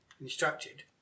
instructed